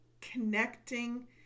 connecting